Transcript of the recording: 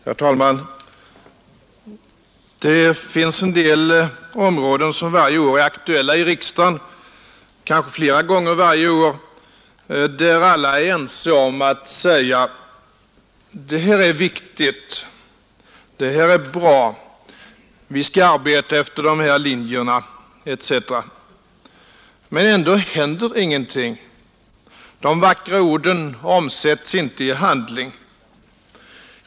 Herr talman! Det finns en del områden som varje år är aktuella i riksdagen, kanske flera gånger varje år, där alla är ense om att säga: Det här är viktigt. Det här är bra. Vi skall arbeta efter de här linjerna etc. Men ändå händer ingenting. De vackra orden omsätts inte i handling.